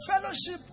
fellowship